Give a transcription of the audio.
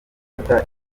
gufata